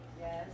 Yes